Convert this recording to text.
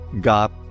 got